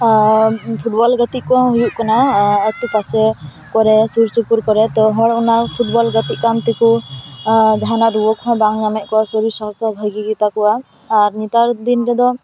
football ᱜᱟᱛᱮᱜ ᱠᱚᱦᱚᱸ ᱦᱩᱭᱩᱜ ᱠᱟᱱᱟ ᱟᱛᱳ ᱯᱟᱥᱮ ᱠᱚᱨᱮ ᱥᱩᱨ ᱥᱩᱯᱩᱨ ᱠᱚᱨᱮ ᱛᱳ ᱦᱚᱲ ᱚᱱᱟ ᱯᱷᱩᱴᱵᱚᱞ ᱜᱟᱹᱛᱮᱜ ᱠᱟᱱ ᱛᱮᱠᱚ ᱡᱟᱦᱟᱱᱟᱜ ᱨᱩᱭᱟᱹ ᱠᱚᱦᱚᱸ ᱵᱟᱝ ᱧᱟᱢᱮᱫ ᱠᱚᱣᱟ ᱥᱚᱨᱤᱨ ᱥᱟᱥᱛᱷᱚ ᱵᱷᱟᱜᱮ ᱜᱮᱛᱟ ᱠᱚᱣᱟ ᱟᱨ ᱱᱮᱛᱟᱨ ᱫᱤᱱ ᱨᱮᱫᱚ